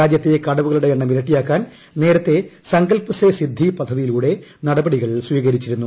രാജ്യത്തെ കടുവകളുടെ എണ്ണം ഇരട്ടിയാക്കാൻ നേരത്തെ സങ്കൽപ് സേ സിദ്ധി പദ്ധതിയിലൂടെ നടപടികൾ സ്വീകരിച്ചിരുന്നു